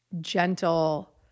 gentle